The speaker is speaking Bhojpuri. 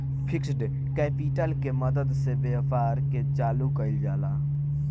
फिक्स्ड कैपिटल के मदद से व्यापार के चालू कईल जाला